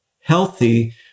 healthy